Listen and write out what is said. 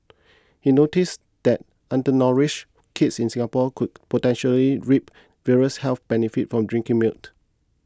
he noticed that undernourished kids in Singapore could potentially reap various health benefits from drinking milk